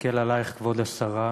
מסתכל עלייך, כבוד השרה,